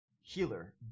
healer